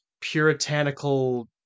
puritanical